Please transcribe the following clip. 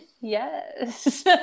yes